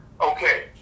okay